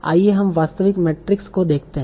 आइए हम वास्तविक मेट्रिसेस को देखते हैं